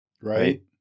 right